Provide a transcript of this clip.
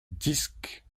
disque